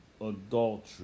adultery